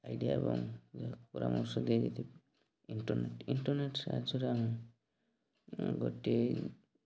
idea ଏବଂ ପରାମର୍ଶ internet internet ସାହାଯ୍ୟରେ ଆମେ ଗୋଟିଏ